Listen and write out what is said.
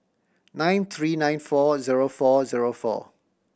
nine three nine four zero four zero four